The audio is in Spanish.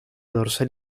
dorsal